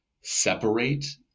separate